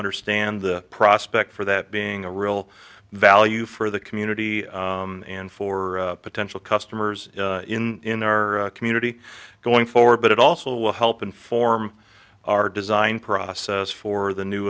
understand the prospects for that being a real value for the community and for potential customers in our community going forward but it also will help inform our design process for the new